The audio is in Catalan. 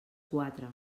quatre